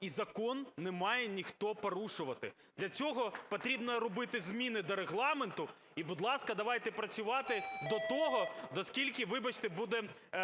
і закон не має ніхто порушувати, для цього потрібно робити зміни до Регламенту. І, будь ласка, давайте працювати до того до скільки, вибачте, буде